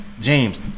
James